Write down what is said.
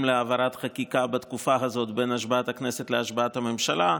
להעברת חקיקה בתקופה הזו בין השבעת הכנסת להשבעת הממשלה.